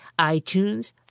iTunes